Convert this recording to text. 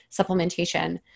supplementation